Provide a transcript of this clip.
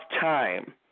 time